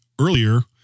earlier